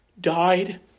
died